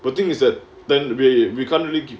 the thing is that tend to be we can't really give